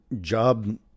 job